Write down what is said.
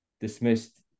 dismissed